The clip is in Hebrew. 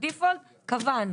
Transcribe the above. את ה-default קבענו,